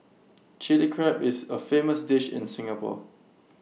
Chilli Crab is A famous dish in Singapore